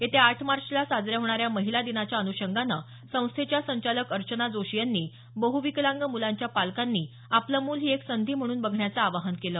येत्या आठ मार्चला साजर्या होणाऱ्या महिला दिनाच्या अनुषंगानं संस्थेच्या संचालक अर्चना जोशी यांनी बहविकलांग मुलांच्या पालकांनी आपलं मुलं ही एक संधी म्हणून बघण्याचं आवाहन केलं